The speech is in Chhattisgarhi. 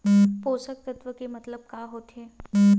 पोषक तत्व के मतलब का होथे?